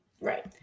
right